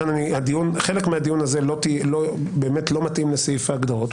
חלק מהדיון הזה לא מתאים לסעיף ההגדרות,